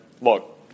look